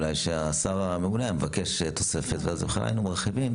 אם השר הממונה היה מבקש תוספת ובכלל היינו מרחיבים